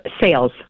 sales